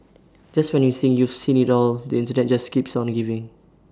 just when you think you've seen IT all the Internet just keeps on giving